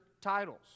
titles